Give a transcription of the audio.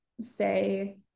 say